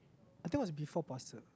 I think was before puasa